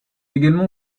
également